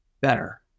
better